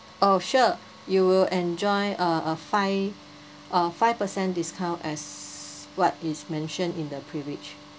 oh sure you will enjoy uh a five uh five percent discount as what is mentioned in the privilege